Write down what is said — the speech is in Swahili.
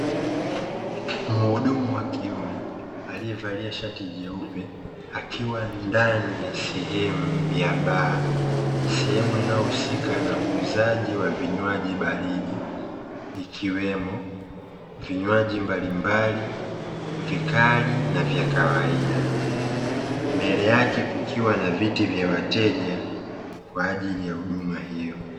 Mhudumu wa kiume alievalia shati jeupe, akiwa ndani ya sehemu ya baa. Sehemu inayohusika na uuzaji wa vinywaji baridi, ikiwemo vinywaji mbalimbali vikali na vya kawaida. Mbele yake kukiwa na viti vya wateja, kwa ajili ya huduma hiyo.